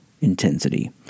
intensity